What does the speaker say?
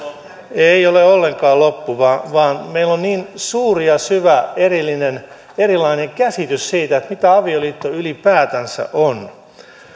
ei ole ollenkaan loppu vaan vaan meillä on niin suuri ja syvä erilainen käsitys siitä mitä avioliitto ylipäätänsä on